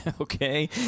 Okay